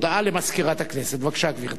הודעה למזכירת הכנסת, בבקשה, גברתי.